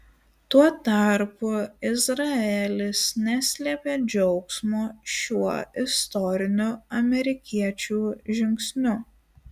tuo tarpu izraelis neslėpė džiaugsmo šiuo istoriniu amerikiečių žingsniu